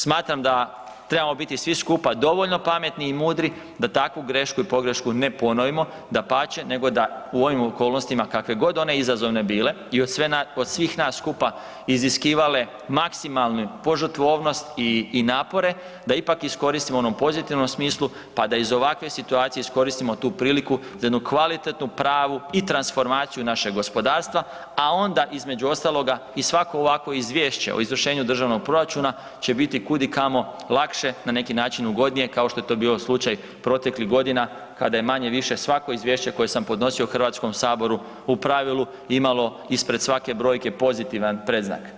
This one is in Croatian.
Smatram da trebamo biti svi skupa dovoljno pametni i mudri da taku grešku i pogrešku ne ponovimo, dapače nego da u ovim okolnostima kakve god one izazove bile i od svih nas skupa iziskivale maksimalnu požrtvovnost i napore da ipak iskoristimo u onom pozitivnom smislu pa da iz ovakve situacije iskoristimo tu priliku za jednu kvalitetnu, pravi i transformaciju našeg gospodarstva, a onda između ostaloga i svako ovakvo izvješće o izvršenje državnog proračuna će biti kud i kamo lakše, na neki način ugodnije, kao što je to bio slučaj proteklih godina kada je manje-više svako izvješće koje sam podnosio u Hrvatskom saboru u pravilu imamo ispred svake brojke pozitivan predznak.